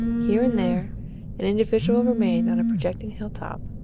here and there an individual remained on a projecting hilltop,